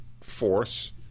force